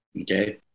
Okay